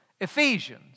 Ephesians